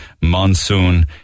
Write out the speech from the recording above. monsoon